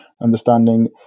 Understanding